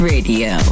Radio